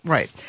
Right